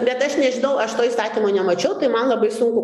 bet aš nežinau aš to įstatymo nemačiau tai man labai sunku